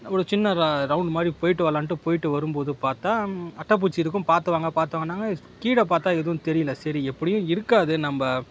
ஒரு சின்ன ர ரவுண்ட் மாதிரி போயிட்டு வரலான்ட்டு போயிட்டு வரும் போது பார்த்தா அட்டைப்பூச்சி இருக்கும் பார்த்துவாங்க பார்த்துவாங்கன்னாங்க கீழே பார்த்த எதுவும் தெரியலை சரி எப்படியும் இருக்காது நம்ம